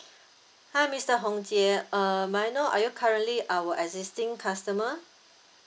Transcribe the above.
hi mister hong jie uh may I know are you currently our existing customer